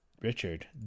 Richard